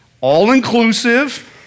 all-inclusive